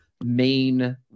main